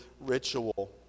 ritual